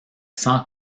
sans